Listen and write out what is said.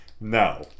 No